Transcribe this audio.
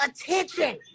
attention